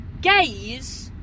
gaze